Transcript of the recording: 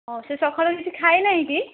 ଓ ସେ ସକାଳେ କିଛି ଖାଇନାହିଁ କି